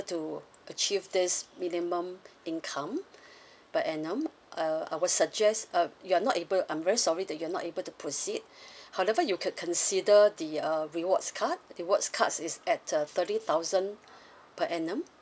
to achieve this minimum income per annum uh I would suggest uh you're not able I'm very sorry that you're not able to proceed however you could consider the uh rewards card rewards cards is at uh thirty thousand per annum